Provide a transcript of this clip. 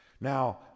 Now